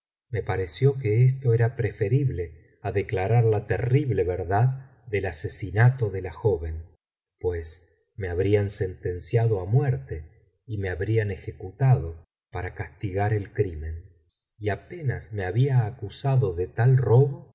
me pareció que esto era preferible á declarar la terrible verdad del asesinato de la joven pues me habrían sentenciado á muerte y me habrían ejecutado para castigar el crimen y apenas me había acusado de tal robo